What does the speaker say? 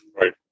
Right